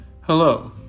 Hello